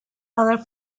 other